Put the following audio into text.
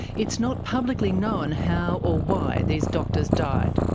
it's not publicly known how or why these doctors died.